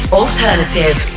alternative